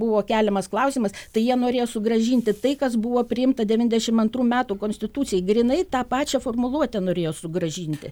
buvo keliamas klausimas tai jie norėjo sugrąžinti tai kas buvo priimta devyniasdešim antrų metų konstitucijoj grynai tą pačią formuluotę norėjo sugrąžinti